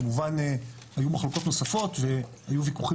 כמובן היו מחלוקות נוספות והיו ויכוחים